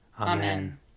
Amen